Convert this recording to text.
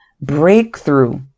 breakthrough